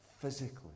physically